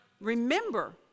Remember